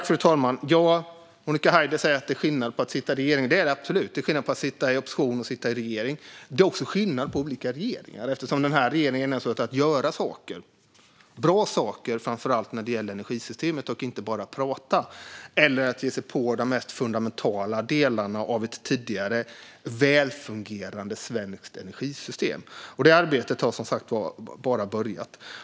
Fru talman! Monica Haider säger att det är skillnad när man sitter i regeringen, och det är det absolut. Det är skillnad mellan att sitta i opposition och att sitta i regering. Det är också skillnad på olika regeringar. Den här regeringen vill göra saker - bra saker - framför allt när det gäller energisystemet och inte bara prata eller ge sig på de mest fundamentala delarna av ett tidigare välfungerande svenskt energisystem. Det arbetet har som sagt bara börjat.